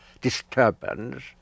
disturbance